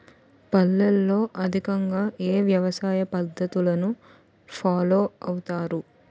పల్లెల్లో అధికంగా ఏ వ్యవసాయ పద్ధతులను ఫాలో అవతారు?